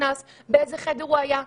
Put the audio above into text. באיזה חדר הוא היה,